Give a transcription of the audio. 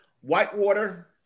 Whitewater